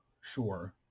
sure